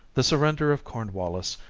the surrender of cornwallis,